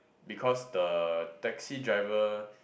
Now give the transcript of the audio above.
because the taxi driver